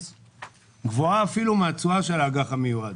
גבוהה אפילו מהתשואה של האג"ח המיועד,